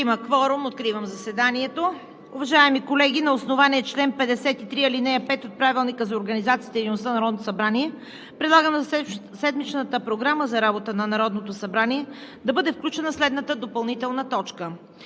кворум. (Звъни.) Откривам заседанието. Уважаеми колеги, на основание чл. 53, ал. 5 от Правилника за организацията и дейността на Народното събрание предлагам в седмичната Програма за работа на Народното събрание да бъде включена следната допълнителна точка: